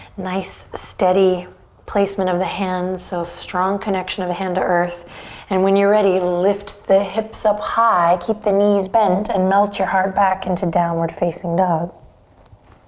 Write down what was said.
nice, steady placement of the hands. so strong connection of the hand to earth and when you're ready lift the hips up high. keep the knees bent and melt your heart back into downward facing dog.